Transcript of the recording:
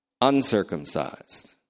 uncircumcised